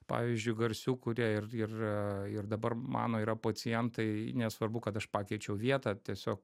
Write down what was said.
pavyzdžiui garsių kurie ir ir ir dabar mano yra pacientai nesvarbu kad aš pakeičiau vietą tiesiog